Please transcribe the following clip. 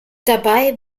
dabei